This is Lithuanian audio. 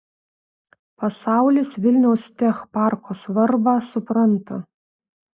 pasaulis vilniaus tech parko svarbą supranta